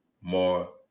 more